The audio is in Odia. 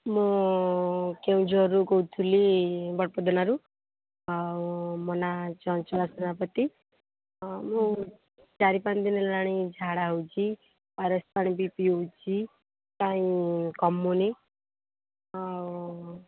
ମୁଁ କେନ୍ଦୁଝରରୁ କହୁଥିଲି ବଡ଼ପଦାନାରୁ ଆଉ ମୋ ନାଁ ଚଞ୍ଚଳା ସେନାପତି ଆଉ ମୁଁ ଚାରି ପାଞ୍ଚ ଦିନ ହେଲାଣି ଝାଡ଼ା ହେଉଚି ଓ ଆର୍ ଏସ୍ ପାଣି ବି ପିଉଛି କାଇଁ କମୁନି ଆଉ